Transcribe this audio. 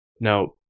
Now